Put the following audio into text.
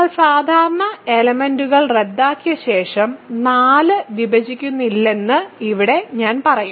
നിങ്ങൾ സാധാരണ എലെമെന്റ്സ്കൾ റദ്ദാക്കിയ ശേഷം 4 വിഭജിക്കുന്നില്ലെന്ന് ഇവിടെ ഞാൻ പറയും